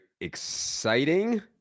exciting